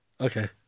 Okay